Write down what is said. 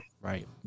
Right